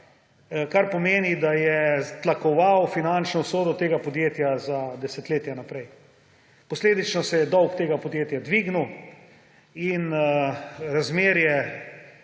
kar pomeni, da je tlakoval finančno usodo tega podjetja za desetletja naprej. Posledično se je dolg tega podjetja dvignil in razmerje